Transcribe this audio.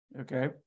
okay